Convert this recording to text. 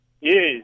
Yes